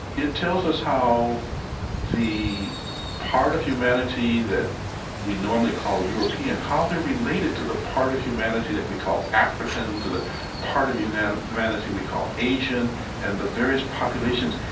it tells us how the part of humanity that we normally call european, how they're related to the part of humanity that we call african to the part of humanity and humanity we call asian and the various populations.